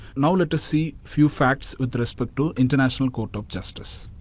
now, let us see few facts with respect to international court of justice.